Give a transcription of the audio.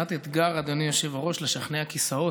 חתיכת אתגר, אדוני היושב-ראש, לשכנע כיסאות.